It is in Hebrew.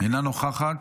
אינה נוכחת.